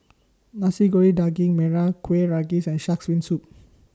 Nasi Goreng Daging Merah Kuih Rengas and Shark's Fin Soup